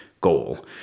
goal